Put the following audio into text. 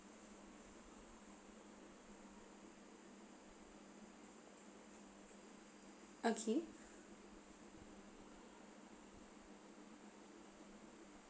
okay